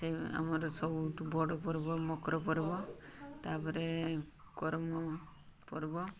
ସେ ଆମର ସବୁଠୁ ବଡ଼ ପର୍ବ ମକର ପର୍ବ ତା'ପରେ କରମ ପର୍ବ